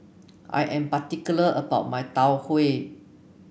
I am particular about my Tau Huay